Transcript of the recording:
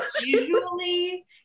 Usually